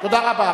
תודה רבה.